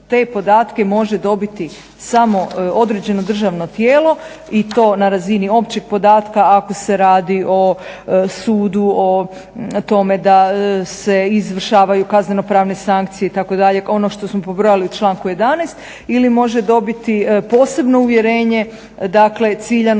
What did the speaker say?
te podatke može dobiti samo određeno državno tijelo i to na razini općeg podatka ako se radi o sudu, o tome da se izvršavaju kazneno-pravne sankcije itd., ono što smo pobrojali u članku 11. ili može dobiti posebno uvjerenje dakle ciljano za određenu